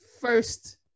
first